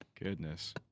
Goodness